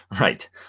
Right